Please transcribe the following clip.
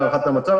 בהערכת המצב,